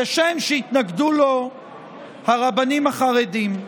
כשם שהתנגדו לו הרבנים החרדים.